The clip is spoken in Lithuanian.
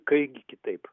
kaipgi kitaip